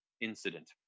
incident